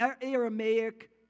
Aramaic